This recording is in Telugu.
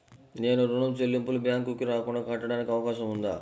నేను ఋణం చెల్లింపులు బ్యాంకుకి రాకుండా కట్టడానికి అవకాశం ఉందా?